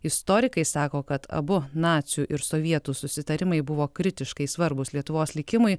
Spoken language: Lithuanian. istorikai sako kad abu nacių ir sovietų susitarimai buvo kritiškai svarbūs lietuvos likimui